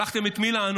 את מי שלחתם לענות?